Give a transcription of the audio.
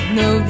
no